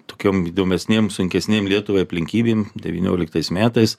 tokiom įdomesnėm sunkesnėm lietuvai aplinkybėm devynioliktais metais